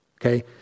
okay